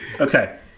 Okay